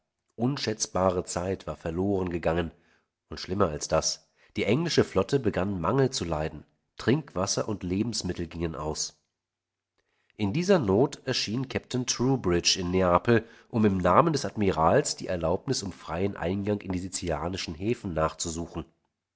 unschätzbare zeit war verlorengegangen und schlimmer als das die englische flotte begann mangel zu leiden trinkwasser und lebensmittel gingen aus in dieser not erschien kapitän troubridge in neapel um im namen des admirals die erlaubnis um freien eingang in die sizilischen häfen nachzusuchen